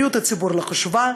בריאות הציבור לא חשובה,